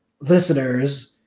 listeners